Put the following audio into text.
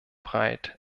breit